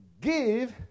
Give